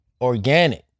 organic